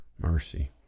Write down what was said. Mercy